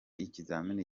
ikizamini